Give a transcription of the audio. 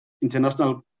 international